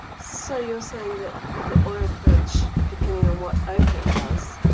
so you're saying that the oil crunch, depending on what opec does,